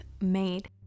made